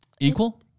Equal